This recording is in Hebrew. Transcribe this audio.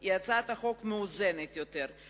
היא הצעת חוק מאוזנת יותר,